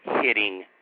hitting